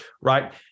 right